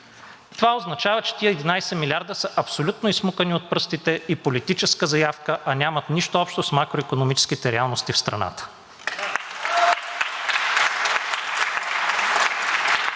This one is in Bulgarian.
това означава, че тези 11 милиарда са абсолютно изсмукани от пръстите и политическа заявка, а нямат нищо общо с макроикономическите реалности в страната.